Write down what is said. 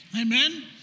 amen